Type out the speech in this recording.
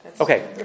Okay